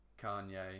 Kanye